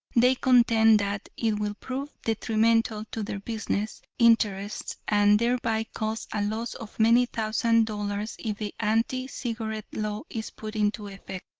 they contend that it will prove detrimental to their business interests, and thereby cause a loss of many thousand dollars if the anti-cigarette law is put into effect.